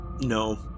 no